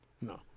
no